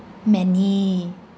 many